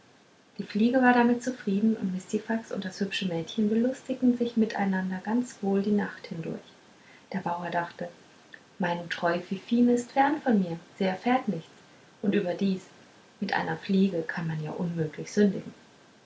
die fliege war damit zufrieden und mistifax und das hübsche mädchen belustigten sich miteinander ganz wohl die nacht hindurch der bauer dachte meine teure fifine ist fern von mir sie erfährt nichts und überdies mit einer fliege kann man ja unmöglich sündigen